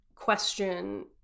question